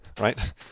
Right